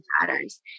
patterns